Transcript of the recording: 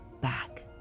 back